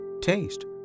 taste